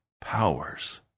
powers